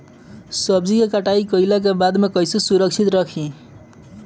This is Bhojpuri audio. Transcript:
सब्जी क कटाई कईला के बाद में कईसे सुरक्षित रखीं?